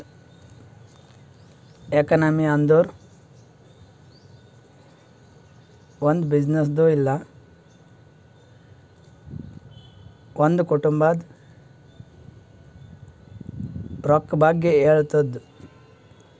economy ಅಂದುರ್ ಒಂದ್ ಬಿಸಿನ್ನೆಸ್ದು ಇಲ್ಲ ಒಂದ್ ಕುಟುಂಬಾದ್ ರೊಕ್ಕಾ ಬಗ್ಗೆ ಹೇಳ್ತುದ್